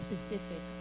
Specific